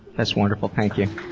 that's wonderful, thank you.